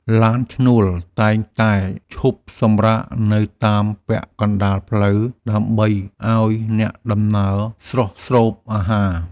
ឡានឈ្នួល តែងតែឈប់សម្រាកនៅតាមពាក់កណ្តាលផ្លូវដើម្បីឱ្យអ្នកដំណើរស្រស់ស្រូបអាហារ។